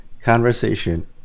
conversation